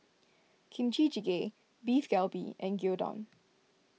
Kimchi Jjigae Beef Galbi and Gyudon